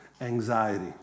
anxiety